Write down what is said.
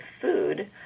food